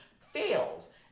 fails